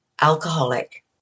Alcoholic